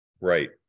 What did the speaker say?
Right